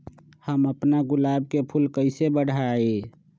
हम अपना गुलाब के फूल के कईसे बढ़ाई?